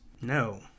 No